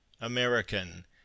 American